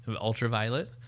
ultraviolet